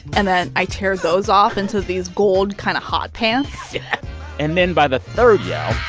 and then i tear those off into these gold kind of hot pants yeah and then by the third yell.